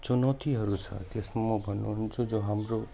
चुनौतीहरू छ त्यसमा म भन्नु हुन्छ जो हाम्रो